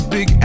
Big